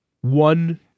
one